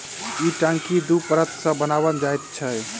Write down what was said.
ई टंकी दू परत सॅ बनाओल जाइत छै